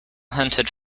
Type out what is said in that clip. hunted